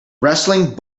wrestling